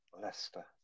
leicester